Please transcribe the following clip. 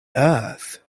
earth